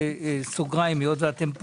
מ-10% ל-5% --- החוק אוסר על